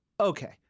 okay